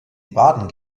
baden